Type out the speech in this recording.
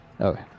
Okay